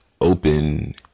open